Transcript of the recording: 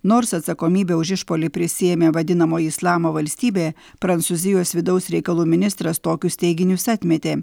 nors atsakomybę už išpuolį prisiėmė vadinamoji islamo valstybė prancūzijos vidaus reikalų ministras tokius teiginius atmetė